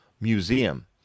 museum